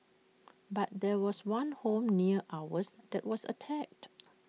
but there was one home near ours that was attacked